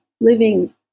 living